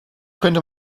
könnte